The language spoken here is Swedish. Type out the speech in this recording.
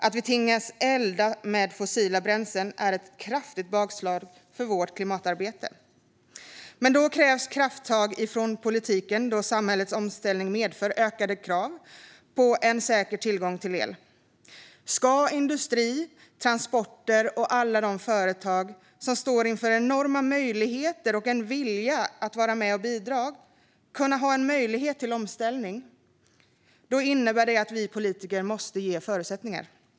Att vi tvingas elda med fossila bränslen är ett kraftigt bakslag för vårt klimatarbete. Här krävs krafttag från politiken, då samhällets omställning medför ökade krav på en säker tillgång till el. Ska industri, transporter och alla de företag som står inför enorma möjligheter och har en vilja att vara med och bidra ha en möjlighet till omställning innebär det att vi politiker måste ge förutsättningarna.